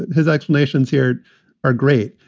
his explanations here are great.